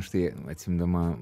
štai atsiimdama